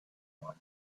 want